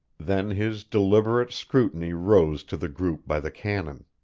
then his deliberate scrutiny rose to the group by the cannon.